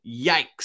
Yikes